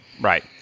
Right